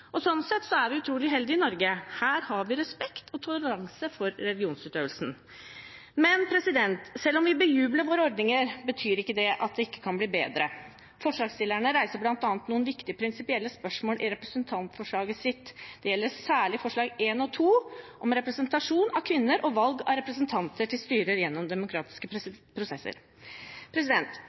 Sånn sett er vi utrolig heldige i Norge. Her har vi respekt og toleranse for religionsutøvelse. Men selv om vi bejubler våre ordninger, betyr ikke det at de ikke kan bli bedre. Forslagsstillerne reiser bl.a. noen viktige prinsipielle spørsmål i representantforslaget sitt. Det gjelder særlig forslagene nr. 1 og 2 om representasjon av kvinner og valg av representanter til styrer gjennom demokratiske prosesser.